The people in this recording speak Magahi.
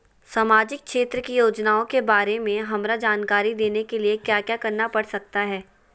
सामाजिक क्षेत्र की योजनाओं के बारे में हमरा जानकारी देने के लिए क्या क्या करना पड़ सकता है?